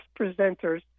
presenters